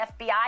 FBI